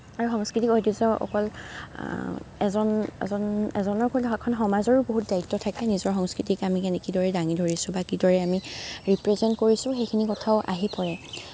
আৰু সাংস্কৃতিক ঐতিহ্য অকল এজন এজন এজনৰ সমাজৰো বহুত দায়িত্ব থাকে নিজৰ সংস্কৃতিক আমি কে কিদৰে দাঙি ধৰিছোঁ বা কিদৰে আমি ৰিপ্ৰেজেণ্ট কৰিছোঁ সেইখিনি কথাও আহি পৰে